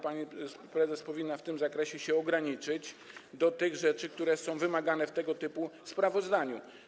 Pani prezes powinna w tym zakresie się ograniczyć do tych rzeczy, które są wymagane w tego typu sprawozdaniu.